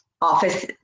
office